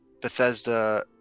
Bethesda